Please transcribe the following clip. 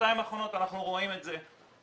בשנתיים האחרונות אנחנו רואים את זה.